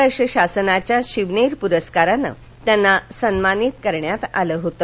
महाराष्ट्र शासनाच्या शिवनेर पुरस्कारानं त्यांना सन्मानित करण्यात आलं होतं